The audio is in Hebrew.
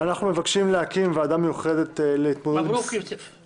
המדע והטכנולוגיה והוועדה המיוחדת לזכויות הילד אושרה.